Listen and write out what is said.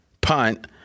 punt